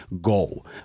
goal